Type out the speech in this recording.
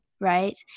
right